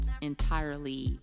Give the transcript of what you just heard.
entirely